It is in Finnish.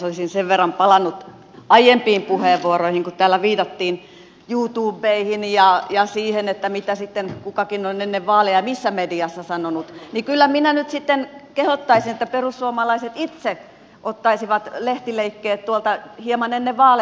olisin sen verran palannut aiempiin puheenvuoroihin että kun täällä viitattiin youtubeihin ja siihen mitä sitten kukakin on ennen vaaleja ja missä mediassa sanonut niin kyllä minä nyt sitten kehottaisin että perussuomalaiset itse ottaisivat lehtileikkeet tuolta hieman ennen vaaleja